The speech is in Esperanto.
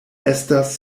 estas